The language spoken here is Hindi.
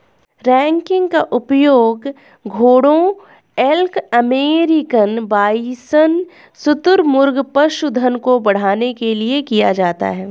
रैंकिंग का उपयोग घोड़ों एल्क अमेरिकन बाइसन शुतुरमुर्ग पशुधन को बढ़ाने के लिए किया जाता है